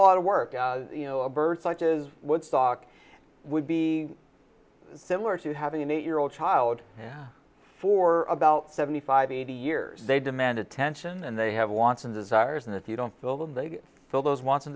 a lot of work you know a birth such as woodstock would be similar to having an eight year old child for about seventy five eighty years they demand attention and they have wants and desires and if you don't fill them they fill those wants